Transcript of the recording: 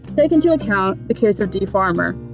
take into account the case d. farmer,